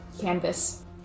canvas